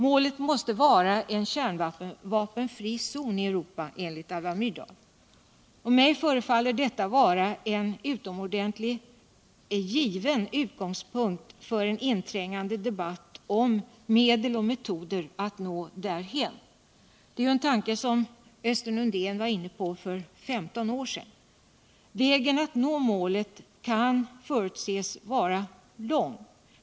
Målet måste vara en kärnvapenfri zon i Europa enligt Alva Myrdal. Och mig förefaller detta vara en utomordentligt given utgångspunkt för en inträngande debat. om medel och metoder att nå därhän. Östen Undén var inne på denna tanke för 15 år sedan. Vägen att nå målet kan förutses vara lång.